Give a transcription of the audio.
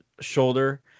shoulder